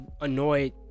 annoyed